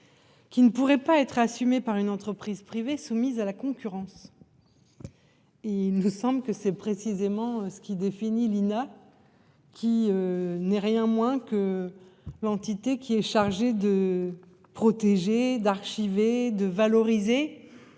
Qui ne pourrait pas être assumés par une entreprise privée soumise à la concurrence. Et il nous semble que c'est précisément ce qui définit l'INA. Qui. N'est rien moins que l'entité qui est chargée de protéger d'archives et de valoriser.